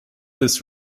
this